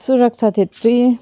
सुरक्षा क्षेत्री